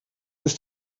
ist